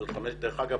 דרך אגב,